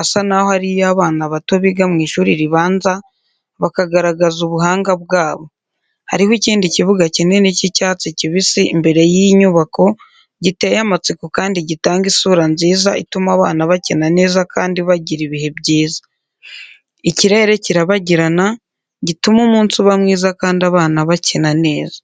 asa n'aho ari ay'abana bato, biga mu ishuri ribanza, bakagaragaza ubuhanga bwabo. Hariho kandi ikibuga kinini cy'icyatsi kibisi imbere y'inyubako, giteye amatsiko kandi gitanga isura nziza, ituma abana bakina neza kandi bagira ibihe byiza. Ikirere kirabagirana, gituma umunsi uba mwiza kandi abana bakina neza.